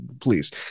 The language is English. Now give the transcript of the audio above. please